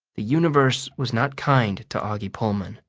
the universe was not kind to auggie pullman.